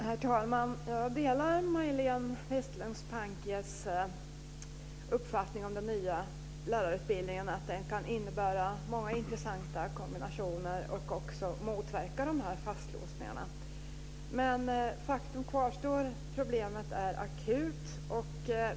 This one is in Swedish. Herr talman! Jag delar Majléne Westerlund Pankes uppfattning att den nya lärarutbildningen kan innebära många intressanta ämneskombinationer och också motverka fastlåsningarna. Men faktum kvarstår: Problemet är akut.